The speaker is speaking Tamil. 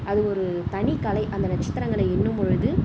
அது ஒரு தனிக்கலை அந்த நட்சத்திரங்களை எண்ணும்பொழுது